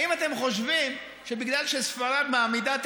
האם אתם חושבים שבגלל שספרד מעמידה את